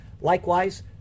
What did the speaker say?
Likewise